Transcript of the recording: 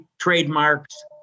trademarks